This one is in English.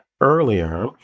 earlier